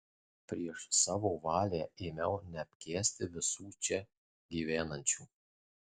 prieš savo valią ėmiau neapkęsti visų čia gyvenančių